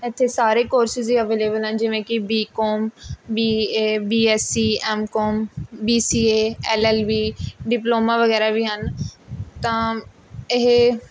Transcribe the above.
ਇੱਥੇ ਸਾਰੇ ਕੋਰਸਿਸ ਹੀ ਅਵੇਲੇਵਲ ਹੈ ਜਿਵੇਂ ਕਿ B Com B A B S C M Com B C A L L B diploma ਵਗੈਰਾ ਵੀ ਹਨ ਤਾਂ ਇਹ